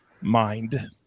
mind